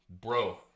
bro